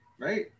Right